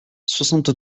soixante